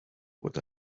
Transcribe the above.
what